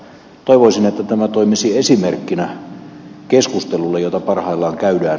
toivoisin että tämä toimisi esimerkkinä keskustelulle jota parhaillaan käydään